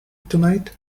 tonight